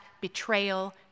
betrayal